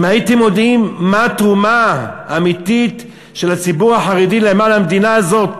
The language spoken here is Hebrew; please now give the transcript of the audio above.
אם הייתם יודעים מה התרומה האמיתית של הציבור החרדי למען המדינה הזאת.